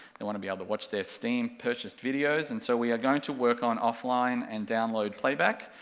they want to be able to watch their steam purchased videos, and so we are going to work on offline and download playback,